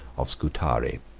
of scutari.